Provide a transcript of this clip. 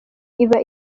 iba